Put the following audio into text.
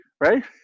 right